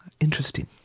Interesting